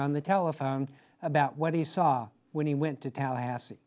on the telephone about what he saw when he went to tallahassee